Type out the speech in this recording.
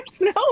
no